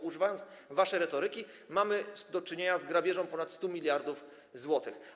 Używając waszej retoryki, mamy do czynienia z grabieżą ponad 100 mld zł.